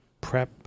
prep